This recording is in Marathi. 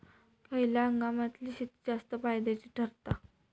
खयल्या हंगामातली शेती जास्त फायद्याची ठरता?